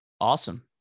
Awesome